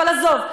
אבל עזוב,